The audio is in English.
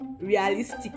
realistic